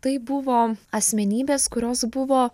tai buvo asmenybės kurios buvo